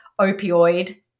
opioid